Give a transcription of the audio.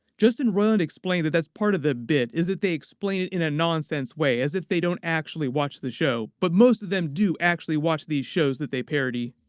justin roiland explained that that's part of the bit, is that they explain it in a nonsense way as if they don't actually watch the show, but most of them do actually watch these shows that they parody.